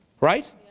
right